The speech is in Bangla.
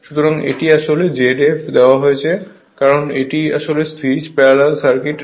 সুতরাং এটি আসলে Z f দেওয়া হয়েছে কারণ এটি আসলে সিরিজ প্যারালাল সার্কিট